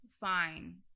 Fine